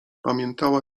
pamiętała